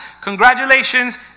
Congratulations